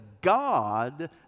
God